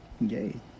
Yay